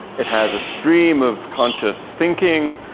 it has a stream of conscious thinking.